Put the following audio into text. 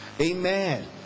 Amen